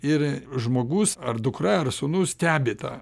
ir žmogus ar dukra ar sūnus stebi tą